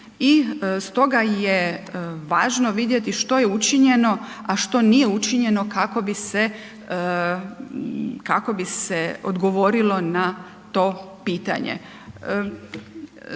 i stoga je važno vidjeti što je učinjeno, a što nije učinjeno kako bi se, kako bi se odgovorilo na to pitanje.